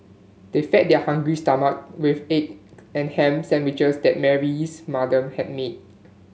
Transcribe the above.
they fed their hungry stomach with egg and ham sandwiches that Mary's mother had made